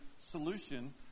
solution